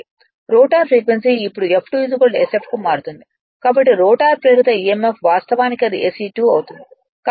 rotor frequency ఇప్పుడు F2 sf కు మారుతుంది కాబట్టి రోటర్ ప్రేరిత emf వాస్తవానికి అది SE2 అవుతుంది